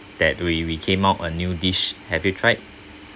that we we came out a new dish have you tried